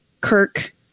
Kirk